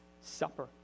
Supper